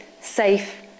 safe